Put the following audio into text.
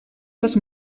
les